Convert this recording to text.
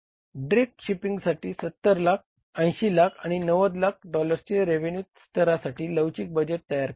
Drake शिपिंगसाठी 70 लाख 80 लाख आणि 90 लाख डॉलर्सचे रेवेन्यू स्तरासाठी लवचिक बजेट तयार करा